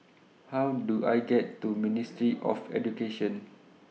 How Do I get to Ministry of Education